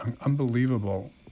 unbelievable